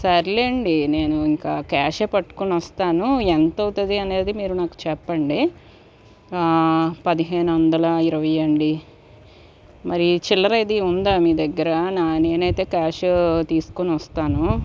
సర్లేండి నేను ఇంక క్యాషే పట్టుకుని వస్తాను ఎంత అవుతుందనేది మీరు నాకు చెప్పండి పదిహేను వందల ఇరవై అండి మరి చిల్లర అది ఉందా మీ దగ్గర నా నేనైతే క్యాష్ తీసుకొనొస్తాను